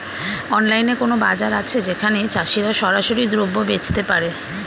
অনলাইনে কোনো বাজার আছে যেখানে চাষিরা সরাসরি দ্রব্য বেচতে পারে?